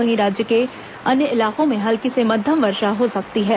वहीं राज्य के अन्य इलाकों में हल्की से मध्यम वर्षा हो सकती है